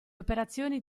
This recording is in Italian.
operazioni